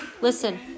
Listen